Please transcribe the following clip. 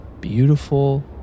beautiful